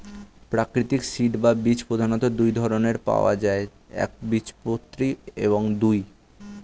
প্রাকৃতিক সিড বা বীজ প্রধানত দুই ধরনের পাওয়া যায় একবীজপত্রী এবং দুই